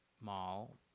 mall